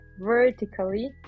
vertically